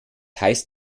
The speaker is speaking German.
heißt